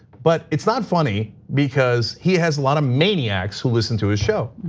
but it's not funny, because he has a lot of maniacs who listen to his show.